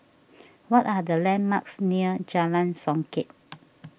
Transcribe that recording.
what are the landmarks near Jalan Songket